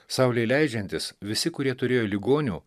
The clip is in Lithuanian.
saulei leidžiantis visi kurie turėjo ligonių